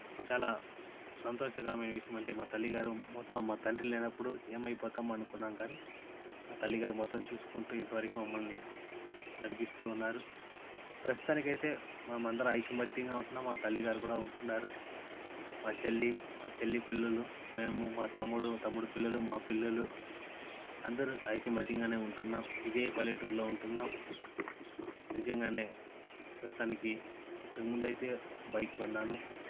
చాలా సంతోషకరమైన విషయం అంటే మా తల్లిగారు మొత్తం మా తండ్రి లేనప్పుడు ఏమయిపోతాం అనుకున్నాం కానీ మా తల్లిగారు మొత్తం చూసుకుంటు ఇంతవరకు మమ్మల్ని నడిపిస్తు ఉన్నారు ప్రస్తుతానికి అయితే మేము అందరం ఐకమత్యంగా ఉంటున్నాం మా తల్లిగారు కూడా ఉంటున్నారు మా చెల్లి మా చెల్లి పిల్లలు మేము మా తమ్ముడు మా తమ్ముడు పిల్లలు మా పిల్లలు అందరు ఐకమత్యంగానే ఉంటున్నాం ఇదే పల్లెటూరులో ఉంటున్నాం నిజంగానే ప్రస్తుతానికి ఇంతకుముందు అయితే బైక్ కొన్నాను